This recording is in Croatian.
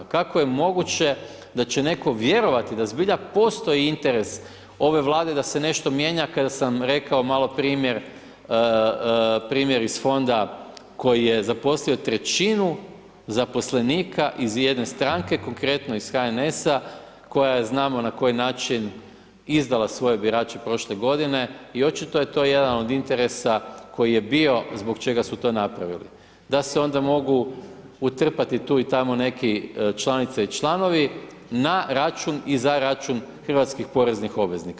Kako je moguće da će netko vjerovati da zbilja postoji interes ove Vlade da se nešto mijenja kada sam rekao malo primjer, primjer iz fonda koji je zaposlio trećinu zaposlenika iz jedne stranke, konkretno iz HNS-a koja je znamo na koji način izdala svoje birače prošle godine. i očito je to jedan od interesa koji je bio, zbog čega su to napravili, da se onda mogu utrpati tu i tamo neki članice i članovi, na račun i za račun hrvatskih poreznih obveznika.